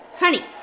Honey